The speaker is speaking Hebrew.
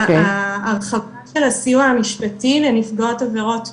ההרחבה של הסיוע המשפטי לנפגעות עבירות מין,